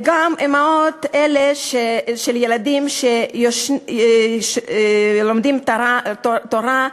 גם האימהות האלה של ילדים שלומדים תורה,